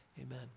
Amen